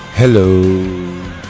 Hello